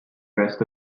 rest